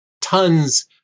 tons